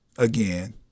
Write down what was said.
Again